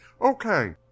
Okay